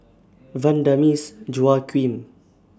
Vanda Miss Joaquim